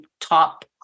top